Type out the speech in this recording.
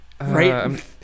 Right